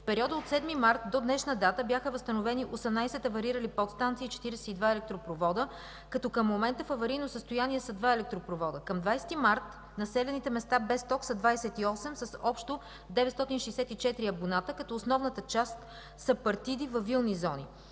В периода от 7 март до днешна дата бяха възстановени 18 аварирали подстанции, 42 електропровода, като към момента в аварийно състояние са 2 електропровода. Към 20 март населените места без ток са 28 с общо 964 абоната, като основната част са партиди във вилни зони.